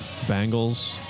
Bengals